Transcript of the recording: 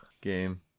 game